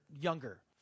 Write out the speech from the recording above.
younger